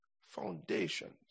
foundations